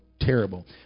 terrible